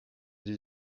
die